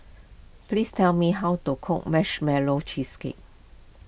please tell me how to cook Marshmallow Cheesecake